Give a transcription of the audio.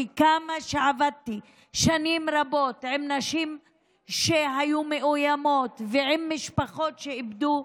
כי כמה שעבדתי שנים רבות עם נשים שהיו מאוימות ועם משפחות שאיבדו